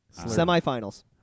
Semifinals